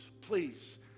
please